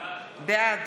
בעד